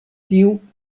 tiu